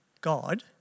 God